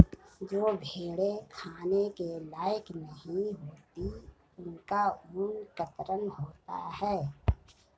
जो भेड़ें खाने के लायक नहीं होती उनका ऊन कतरन होता है